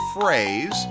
phrase